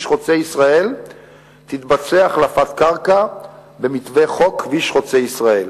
חוצה-ישראל תתבצע החלפת קרקע במתווה חוק כביש חוצה-ישראל.